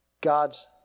God's